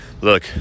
Look